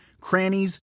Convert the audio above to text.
crannies